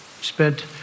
Spent